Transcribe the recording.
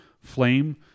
Flame